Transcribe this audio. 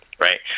Right